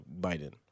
Biden